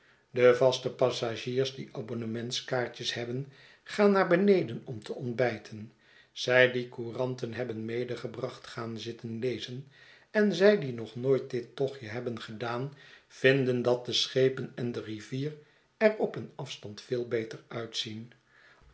de vaste passagiers die abonnementskaartjes hebben gaan naar beneden om te ontbijten zij die couranten hebben medegebracht gaan zitten lezen en zij die nog nooit dit tochtje hebben gedaan vinden dat de schepen en de rivier er op een afstand veel beter uitzien